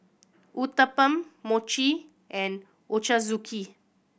Uthapam Mochi and Ochazuke